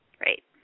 Great